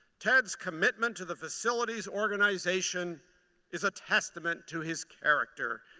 ted's commitment to the facilities organization is a testament to his character.